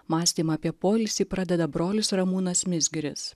mąstymą apie poilsį pradeda brolis ramūnas mizgiris